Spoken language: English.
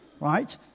right